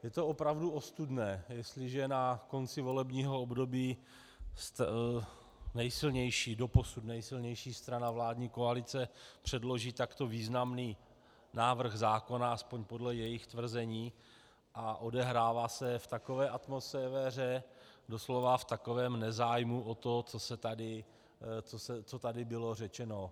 Je to opravdu ostudné, jestliže na konci volebního období doposud nejsilnější strana vládní koalice předloží takto významný návrh zákona, aspoň podle jejich tvrzení, a odehrává se v takové atmosféře, doslova v takovém nezájmu o to, co tady bylo řečeno.